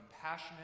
compassionate